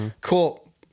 Cool